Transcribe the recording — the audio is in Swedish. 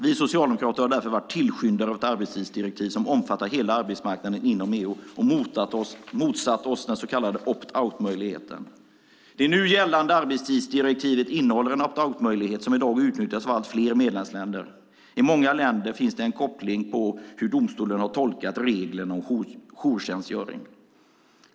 Vi socialdemokrater har därför varit tillskyndare av ett arbetstidsdirektiv som omfattar hela arbetsmarknaden inom EU och motsatt oss den så kallade opt-out-möjligheten. Det nu gällande arbetstidsdirektivet innehåller en opt-out-möjlighet som i dag utnyttjas av allt fler medlemsländer. I många länder finns det en koppling till hur domstolen tolkat reglerna om jourtjänstgöring.